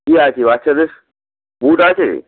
কি আছে বাচ্চাদের বুট আছে